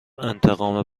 انتقام